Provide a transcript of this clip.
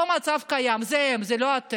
פה, מצב קיים, זה הם, זה לא אתם.